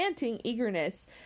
eagerness